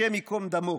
השם ייקום דמו.